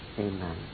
Amen